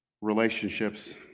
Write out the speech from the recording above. relationships